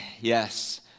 yes